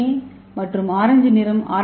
ஏ மற்றும் இந்த ஆரஞ்சு நிறம் ஆர்